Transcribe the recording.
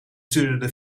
stuurde